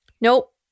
Nope